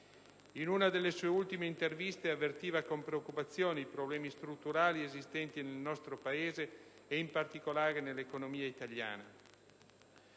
In una delle sue ultime interviste, avvertiva con preoccupazione i problemi strutturali esistenti nel nostro Paese e in particolare nell'economia italiana.